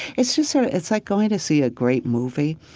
it's just sort of it's like going to see a great movie.